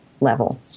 level